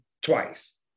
twice